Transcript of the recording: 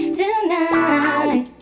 tonight